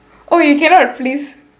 oh you cannot please